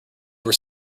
were